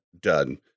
done